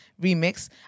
remix